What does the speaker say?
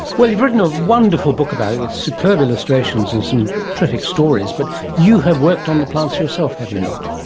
well, you've written a wonderful book about it with superb illustrations and some terrific stories, but you have worked on the plants yourself, have you not?